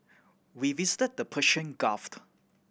we visited the Persian